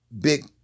big